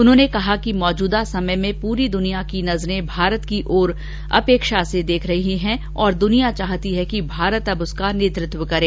उन्होंने कहा कि मौजूदा समय में पूरी दुनिया की नजरें भारत की ओर अपेक्षा से देख रही है और दुनिया चाहती है कि भारत अब उसका नेतृत्व करें